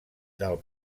del